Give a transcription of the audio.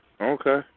okay